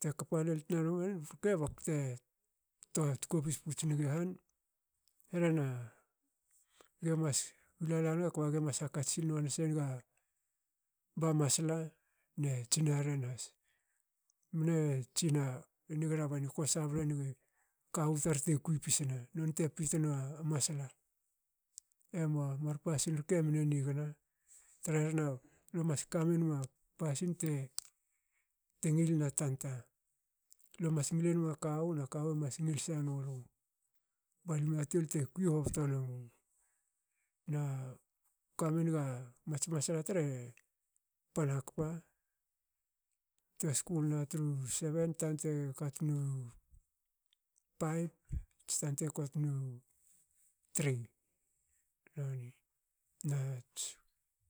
te kpa lol tna nuin rke bakte toa tkopis puts ngi han. E rhena. gemas hulala nga kba gemas hakatsi nuas nenga ba masla ne tsinaren has. Mne tsina e nigna banu ko sagho nga kawu tar te kui pisna. nonte pitna masla emua mar pasin rke mne nigna. Tre herna lo mas kamenma pasin te ngilna tanta. Lomas ngil enma kawu na kawu mas ngil senulu balimua tol te kui hobto nomu. Na kamenga mats masla tar i pan hakpa. tue skul na tru seven tnata kotnu five. ats tante kotnu three. noni. Nats